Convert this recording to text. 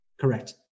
Correct